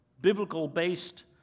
biblical-based